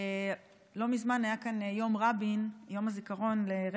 לא מזמן היה כאן יום הזיכרון לרבין,